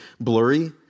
blurry